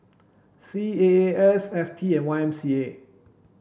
C A A S F T and Y M C A